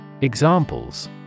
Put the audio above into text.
Examples